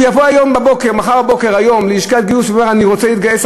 הוא יבוא מחר בבוקר ללשכת גיוס ויגיד: אני רוצה להתגייס,